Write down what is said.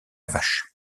vache